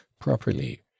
properly